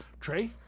Trey